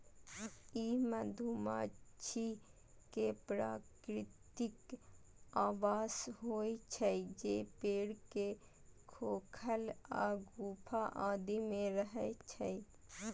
ई मधुमाछी के प्राकृतिक आवास होइ छै, जे पेड़ के खोखल या गुफा आदि मे रहै छै